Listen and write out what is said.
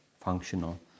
functional